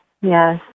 Yes